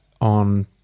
on